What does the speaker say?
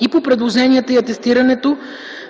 и по предложенията и атестирането,